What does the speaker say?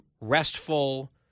restful